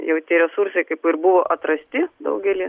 jau tie resursai kaip ir buvo atrasti daugelį